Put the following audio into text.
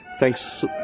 Thanks